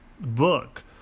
book